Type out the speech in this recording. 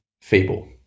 fable